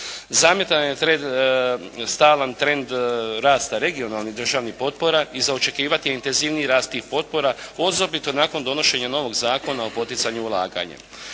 Zamjetan je trend, stalan trend rasta regionalnih državnih potpora i za očekivati je intenzivniji rast tih potpora osobito nakon donošenja novog Zakona o poticanju ulaganjem.